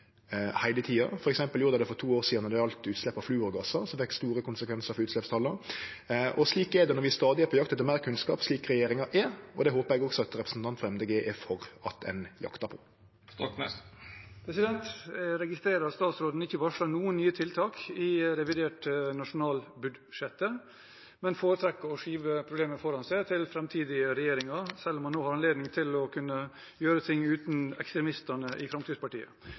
heile tida. For eksempel gjorde dei det for to år sidan når det gjeld utslepp av fluorgassar, noko som fekk store konsekvensar for utsleppstala. Slik er det når vi stadig er på jakt etter meir kunnskap, slik regjeringa er, og det håper eg også at representanten frå Miljøpartiet Dei Grøne er for at ein jaktar på. Jeg registrerer at statsråden ikke varsler noen nye tiltak i revidert nasjonalbudsjett, men foretrekker å skyve problemet foran seg til framtidige regjeringer, selv om han nå har anledning til å kunne gjøre ting uten ekstremistene i Fremskrittspartiet.